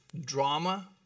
drama